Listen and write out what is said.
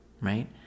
Right